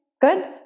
good